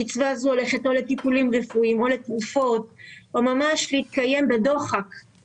הקצבה הזו הולכת או לטיפולים רפואיים או לתרופות או ממש להתקיים בדוחק.